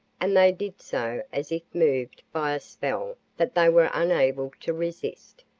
and they did so as if moved by a spell that they were unable to resist.